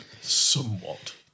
Somewhat